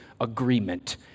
agreement